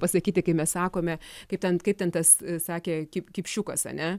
pasakyti kai mes sakome kaip ten kaip ten tas sakė kip kipšiukas ane